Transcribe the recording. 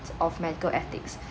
of medical ethics